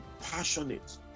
passionate